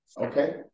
Okay